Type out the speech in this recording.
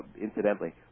incidentally